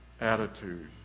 attitude